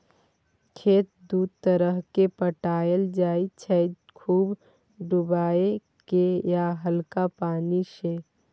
खेत दु तरहे पटाएल जाइ छै खुब डुबाए केँ या हल्का पानि सँ